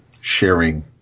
sharing